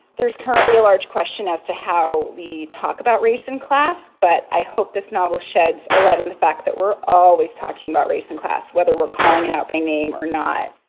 there's currently a large question as to how we talk about race and class, but i hope this novel sheds a light on the fact that we're always talking about race and class, whether we're calling it out by name or not